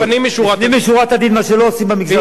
לפנים משורת הדין, מה שלא עושים במגזר היהודי,